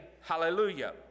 hallelujah